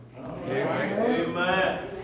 Amen